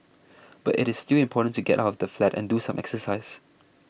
but it is still important to get out of the flat and do some exercise